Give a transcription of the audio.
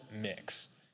mix